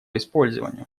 использованию